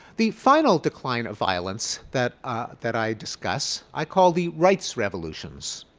the final decline of violence that that i discuss, i call the rights revolutions.